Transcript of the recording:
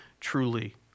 truly